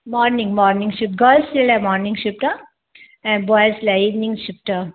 morning morning shift girls जे लाइ morning shift आहे ऐं बॉइज़ लाइ इवनिंग शिफ़्ट आहे